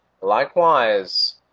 Likewise